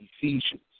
Ephesians